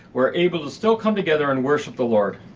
we're able to still come together and worship the lord.